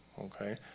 Okay